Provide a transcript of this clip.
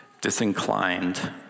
disinclined